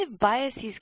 biases